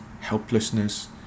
helplessness